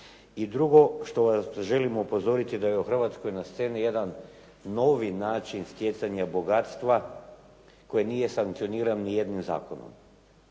I drugo, što vas želim upozoriti da je u Hrvatskoj na sceni jedan novi način stjecanja bogatstva koji nije sankcioniran ni jednim zakonom.